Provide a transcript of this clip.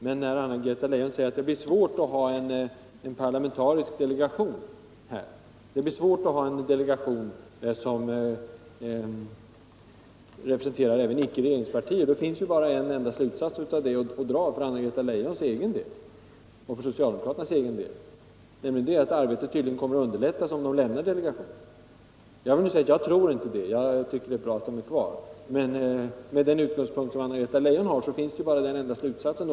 Men när Anna-Greta Leijon säger att det blir svårt att ha en parlamentarisk delegation — en delegation som även representerar icke regeringspartier — finns det bara en enda slutsats att dra för Anna-Greta Leijons egen och socialdemokraternas del, och det är att arbetet tydligen kommer att underlättas om de lämnar delegationen. Jag tror inte det. Jag tycker det är bra att de är kvar, men med den utgångspunkt Anna-Greta Leijon har, är bara den slutsatsen möjlig.